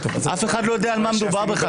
אף אחד לא יודע על מה מדובר בכלל,